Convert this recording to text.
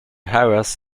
harass